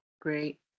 Great